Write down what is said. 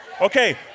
Okay